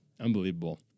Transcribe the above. Unbelievable